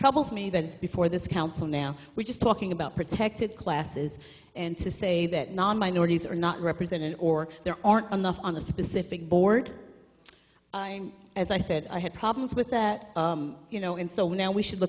troubles me that it's before this council now we're just talking about protected classes and to say that non minorities are not represented or there aren't enough on a specific board as i said i had problems with that you know and so now we should